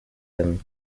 them